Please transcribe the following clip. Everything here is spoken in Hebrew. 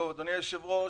אדוני היושב-ראש,